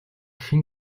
хэн